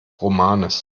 romanes